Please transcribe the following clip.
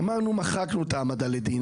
מחקנו את ההעמדה לדין,